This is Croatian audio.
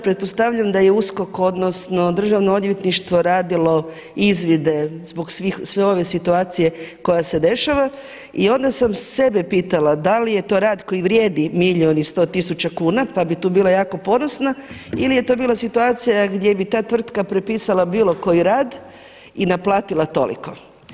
Pretpostavljam da je USKOK odnosno Državno odvjetništvo radilo izvide zbog sve ove situacije koja se dešava i onda sam sebe pitala, da li je to rad koji vrijedi milijun i 100 tisuća kuna, pa bi tu bila jako ponosna, ili je to bila situacija gdje bi ta tvrtka prepisala bilo koji rad i naplatila toliko.